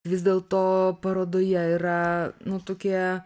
vis dėlto parodoje yra nu tokie